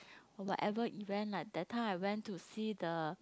or whatever event like that time I went to see the